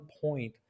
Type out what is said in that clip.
point